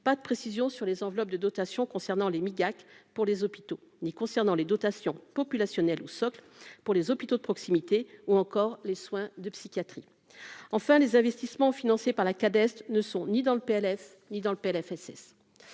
pas de précision sur les enveloppes de dotation concernant les Miyake, pour les hôpitaux ni concernant les dotations populationnelles ou socle pour les hôpitaux de proximité ou encore les soins de psychiatrie, enfin, les investissements financés par la cadette ne sont ni dans le PLF ni dans le PLFSS